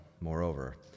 Moreover